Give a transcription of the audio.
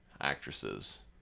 actresses